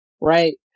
Right